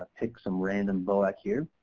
pick some random boac here.